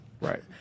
right